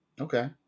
Okay